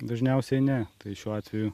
dažniausiai ne tai šiuo atveju